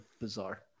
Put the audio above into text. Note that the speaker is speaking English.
bizarre